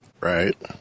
Right